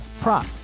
prop